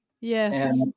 Yes